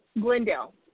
Glendale